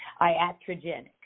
Iatrogenic